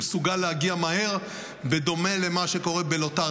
שמסוגל להגיע מהר בדומה למה שקורה בלוט"ר